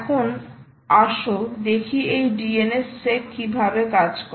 এখন আসো দেখি এই DNSSEC কীভাবে কাজ করে